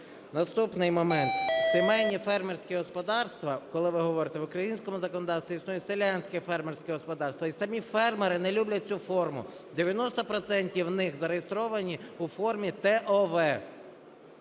Наступний момент. Сімейні фермерські господарства, коли ви говорите. в українському законодавстві існує селянське фермерське господарство, і самі фермери не люблять цю форму. 90 процентів з них зареєстровані у формі ТОВ.